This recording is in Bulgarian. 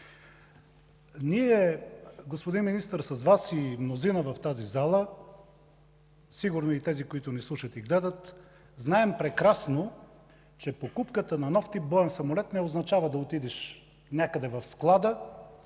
Господин Министър, ние с Вас и мнозина в тази зала, сигурно и тези, които ни слушат и гледат, знаем прекрасно, че покупката на нов тип боен самолет не означава да отидеш някъде в склада,